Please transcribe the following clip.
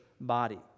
body